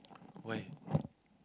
why